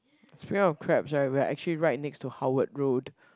speaking of crabs right we're actually right next to Howard Road